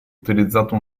utilizzato